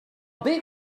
big